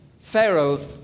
Pharaoh